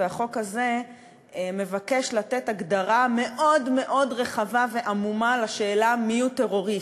והחוק הזה מבקש לתת הגדרה מאוד מאוד רחבה ועמומה לשאלה מיהו טרוריסט.